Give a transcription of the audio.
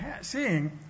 seeing